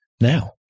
Now